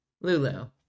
Lulu